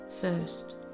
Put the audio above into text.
first